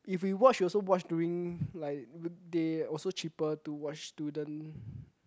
if we watch we also watch during like weekday also cheaper to watch student